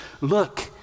look